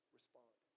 respond